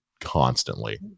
constantly